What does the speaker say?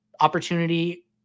opportunity